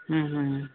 ହୁଁ ହୁଁ ହୁଁ